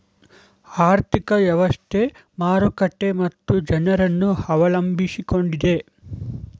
ಆರ್ಥಿಕ ವ್ಯವಸ್ಥೆ, ಮಾರುಕಟ್ಟೆ ಮತ್ತು ಜನರನ್ನು ಅವಲಂಬಿಸಿಕೊಂಡಿದೆ